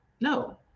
no